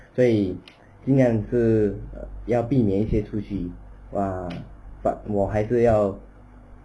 所以尽量是要避免一些出去 ah but 我还是要